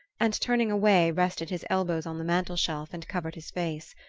and turning away, rested his elbows on the mantel-shelf and covered his face.